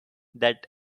that